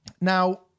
Now